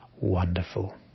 wonderful